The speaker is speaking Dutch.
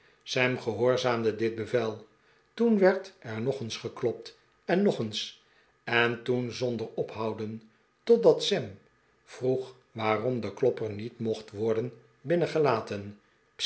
sam gehoorzaamde dit bevel toen werd er nog eens geklopt en nog eens en toen zonder ophouden totdat sam vroeg waarom de klopper niet mocht worden binnengelaten